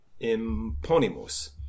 imponimus